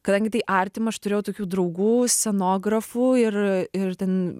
kadangi tai artima aš turėjau tokių draugų scenografų ir ir ten